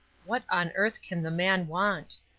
what on earth can the man want?